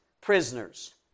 prisoners